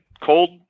cold